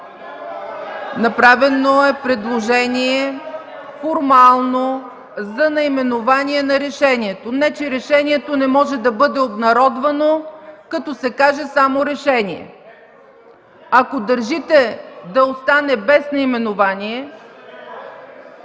Направено е предложение формално за наименование на решението, не че решението не може да бъде обнародвано, като се каже само „решение”! Ако държите да остане без наименование...